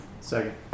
Second